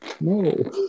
No